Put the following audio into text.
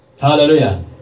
Hallelujah